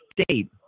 State